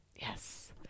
Yes